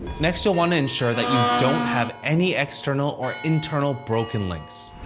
next, you'll want to ensure that you don't have any external or internal broken links.